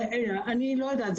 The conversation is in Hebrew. אני לא יודעת.